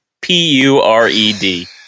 P-U-R-E-D